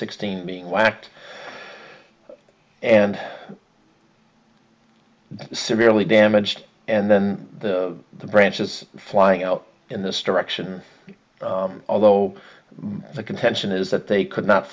sixteen being lacked and severely damaged and then the branches flying out in this direction although the contention is that they could not